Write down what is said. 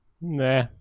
Nah